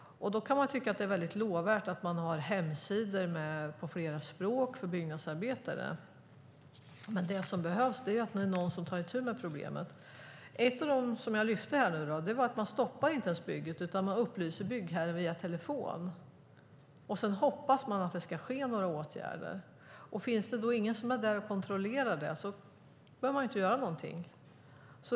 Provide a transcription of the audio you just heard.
Man kan tycka att det är lovvärt att man har hemsidor på flera språk för byggnadsarbetare, men det som behövs är att någon tar itu med problemet. Ett av de exempel jag tog upp var att man inte ens stoppar bygget, utan man upplyser byggherren via telefon. Sedan hoppas man att det ska vidtas några åtgärder. Finns det då ingen som är där och kontrollerar det behöver byggherren inte göra någonting.